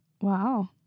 Wow